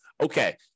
okay